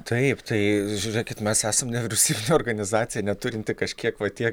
taip tai žiūrėkit mes esam nevyriausybinė organizacija neturinti kažkiek va tiek